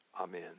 Amen